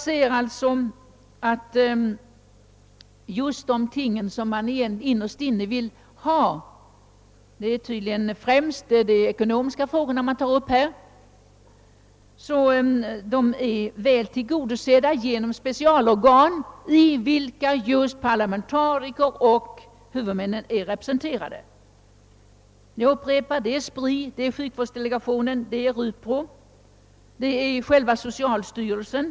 De önskemål man innerst inne sätter främst — det är tydligen i första hand de ekonomiska frågorna — är alltså tillgodosedda genom specialorgan, i vilka just parlamentariker och huvudmän är representerade; det är SPRI, det är sjukvårdsdelegationen, det är RUPRO och det är socialstyrelsen.